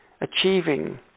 achieving